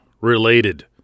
related